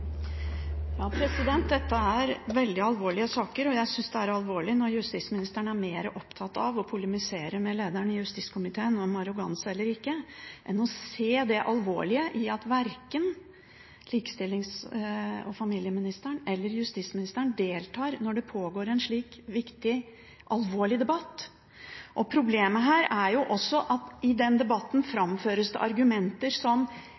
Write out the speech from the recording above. Dette er veldig alvorlige saker. Jeg synes det er alvorlig at justisministeren er mer opptatt av å polemisere mot lederen i justiskomiteen om arroganse eller ikke enn å se det alvorlige i at verken barne- og likestillingsministeren eller justisministeren deltar når det pågår en slik viktig, alvorlig debatt. Problemet er at i denne debatten framføres det argumenter som